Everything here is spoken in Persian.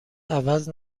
عوض